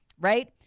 Right